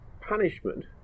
punishment